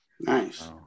Nice